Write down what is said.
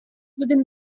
within